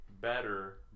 better